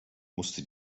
musste